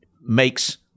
makes